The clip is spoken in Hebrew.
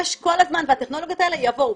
יש כל הזמן והטכנולוגיות האלה יבואו,